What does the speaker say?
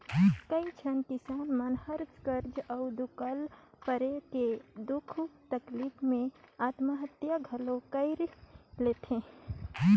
कयोझन किसान मन हर करजा अउ दुकाल परे के दुख तकलीप मे आत्महत्या घलो कइर लेथे